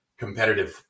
competitive